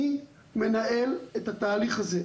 מי מנהל את התהליך הזה.